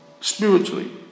spiritually